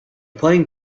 playing